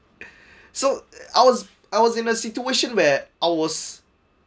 so I was I was in a situation where I was